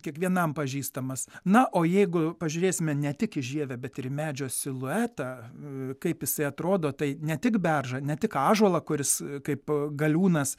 kiekvienam pažįstamas na o jeigu pažiūrėsime ne tik į žievę bet ir medžio siluetą kaip jisai atrodo tai ne tik beržą ne tik ąžuolą kuris kaip galiūnas